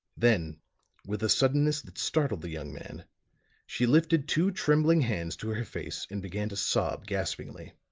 then with a suddenness that startled the young man she lifted two trembling hands to her face and began to sob gaspingly.